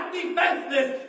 defenseless